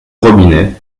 robinet